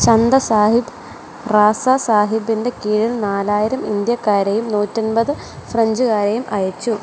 ചന്ദ സാഹിബ് റാസ സാഹിബിന്റെ കീഴിൽ നാലായിരം ഇന്ത്യക്കാരെയും നൂറ്റി അൻപത് ഫ്രഞ്ചുകാരെയും അയച്ചു